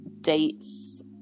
dates